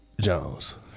Jones